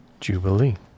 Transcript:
Jubilee